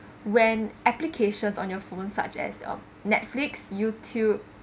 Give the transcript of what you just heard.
when applications on your phones such as um Netflix YouTube